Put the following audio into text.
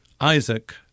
Isaac